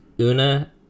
Una